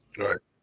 right